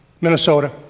Minnesota